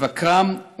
לבקרם,